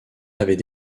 avait